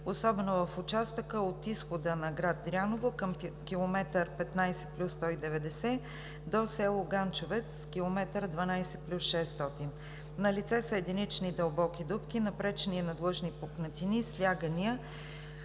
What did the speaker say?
особено в участъка от изхода на град Дряново към км 15+190 до село Ганчовец – км 12+600. Налице са единични дълбоки дупки, напречни и надлъжни пукнатини, слягания.